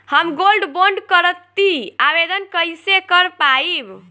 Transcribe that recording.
हम gold bond करतिं आवेदन कइसे कर पाइब?